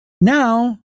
now